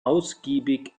ausgiebig